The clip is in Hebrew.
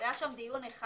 היה שם דיון אחד.